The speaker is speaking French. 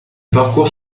parcours